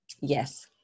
Yes